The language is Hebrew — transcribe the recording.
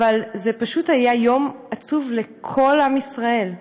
זה פשוט היה יום עצוב לכל עם ישראל.